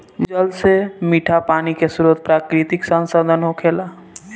भूजल से मीठ पानी के स्रोत प्राकृतिक संसाधन होखेला